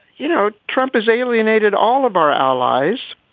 you know, trump has alienated all of our allies.